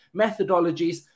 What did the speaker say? methodologies